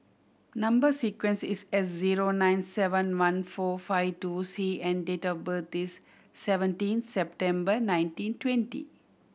number sequence is S zero nine seven one four five two C and date of birth is seventeen September nineteen twenty